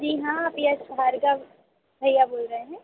जी हाँ आप यश भार्गव भैया बोल रहे हैं